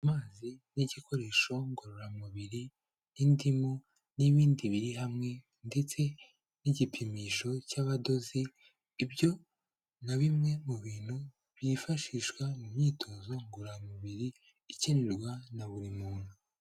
Amazi n'igikoresho ngororamubiri n'indimu n'ibindi biri hamwe, ndetse n'igipimisho cy'abadozi, ibyo nka bimwe mu bintu byifashishwa mu myitozo ngororamubiri, ikenerwa na buri muntu.